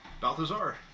Balthazar